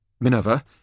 Minerva